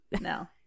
no